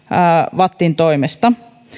vattin toimesta